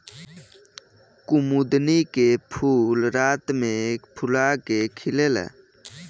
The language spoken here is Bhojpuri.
कुमुदिनी के फूल रात में फूला के खिलेला